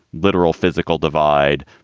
literal physical divide,